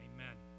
Amen